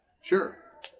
Sure